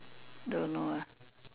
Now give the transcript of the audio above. don't know ah